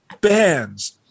bands